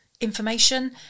information